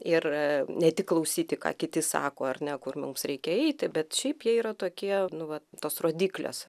ir ne tik klausyti ką kiti sako ar ne kur mums reikia eiti bet šiaip jie yra tokie nu va tos rodiklės